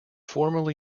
formerly